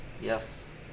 Yes